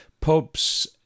pubs